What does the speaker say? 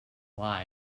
lie